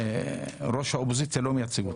וראש האופוזיציה לא מייצג אותנו.